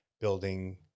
building